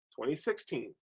2016